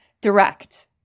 direct